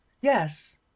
yes